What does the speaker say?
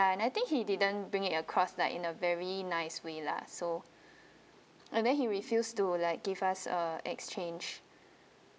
and I think he didn't bring it across like in a very nice way lah so and then he refused to like give us uh exchange